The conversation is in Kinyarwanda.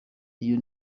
iyo